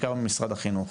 בעיקר ממשרד החינוך.